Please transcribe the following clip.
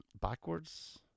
backwards